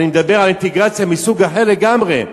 אני מדבר על אינטגרציה מסוג אחר לגמרי,